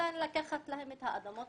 אלא לקחת להם את האדמות,